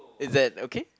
is that okay